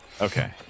Okay